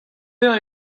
eur